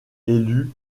élus